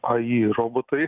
ai robotai